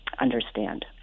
understand